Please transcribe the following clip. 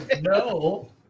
No